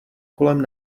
kolem